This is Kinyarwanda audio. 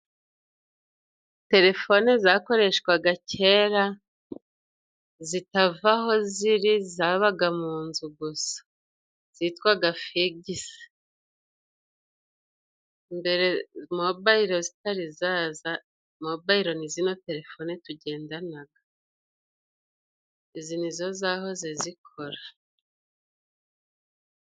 Terefone zakoreshwaga kera, zitava aho ziri zabaga mu nzu gusa. Zitwaga figisi, mbere mobayiro zitari zaza, mobayiro ni zino terefone tugendana. Izi ni zo zahoze zikora.